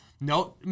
No